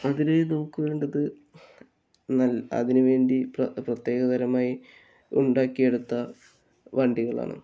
അതിനായ് നമുക്കുവേണ്ടത് നാം അതിനുവേണ്ടി പ്രത്യേകതരമായി ഉണ്ടാക്കിയെടുത്ത വണ്ടികളാണ്